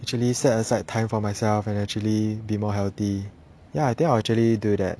actually set aside time for myself and actually be more healthy ya I think I actually do that